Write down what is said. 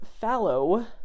fallow